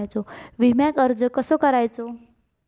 विम्याक अर्ज कसो करायचो?